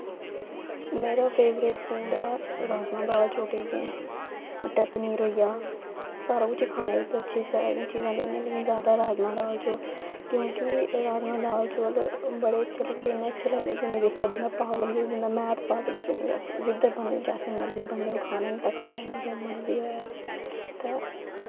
मेरा favourite food ऐ राजमांह् दाल चौल इ'यै ऐ मटर पनीर होइया सारा कुछ खाने ई मतलब अच्छी अच्छी सारियां चीजां जेह्ड़ियां जैदा राजमांह् दाल चौल क्योंकि राजमांह् दाल चौल बड़े अच्छे लगदे इन्ने अच्छे लगदे की उ'नें ई दिक्खियै बंदा पागल ई होई जंदा में ते पागल होई जन्री वैसे जिद्धर बनङन जैसे मर्जी बनङन खाने न ते खाने न जो मर्जी होऐ ते